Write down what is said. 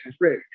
ready